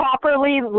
properly